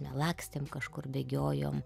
na lakstėm kažkur bėgiojom